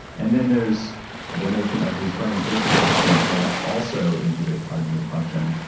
and then there's the notion of these fermentation toxins that also inhibit cognitive function.